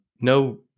no